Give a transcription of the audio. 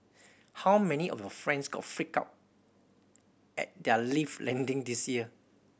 how many of your friends got freaked out at their lift landing this year